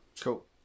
Cool